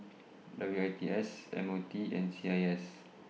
W I T S M O T and C I S